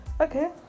okay